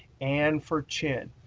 and for chin.